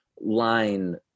line